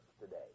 today